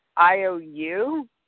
IOU